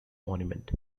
monument